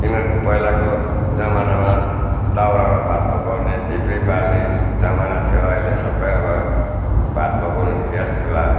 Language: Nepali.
किनभने पहिलाको जमानामा दाउरामा भात पकाउने धिब्री बाल्ने जमाना थियो अहिले सबै अब भात पकाउने नि ग्यास चुल्हा